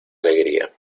alegría